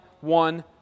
one